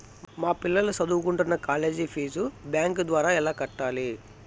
మా పిల్లలు సదువుకుంటున్న కాలేజీ ఫీజు బ్యాంకు ద్వారా ఎలా కట్టాలి?